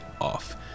off